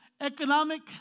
economic